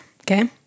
Okay